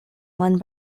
one